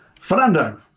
Fernando